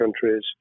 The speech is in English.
countries